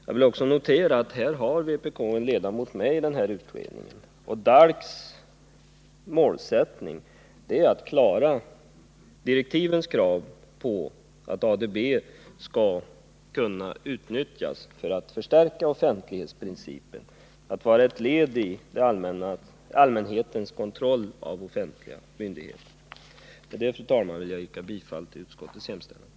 Jag noterar också att vpk har en ledamot i denna utredning. DALK:s målsättning är att klara direktivens krav på att ADB skall utnyttjas för att förstärka offentlighetsprincipen, att vara ett led i allmänhetens kontroll av offentliga myndigheter. Med detta, fru talman, vill jag yrka bifall till utskottets hemställan.